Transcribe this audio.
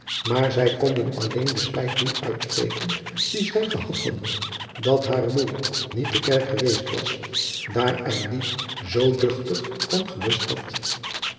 maar zij konden alleen de spijt niet uitspreken die zij gehad hadden dat hare moei niet te kerk geweest was daar er die zoo duchtig van gelust had